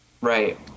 Right